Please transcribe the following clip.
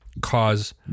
cause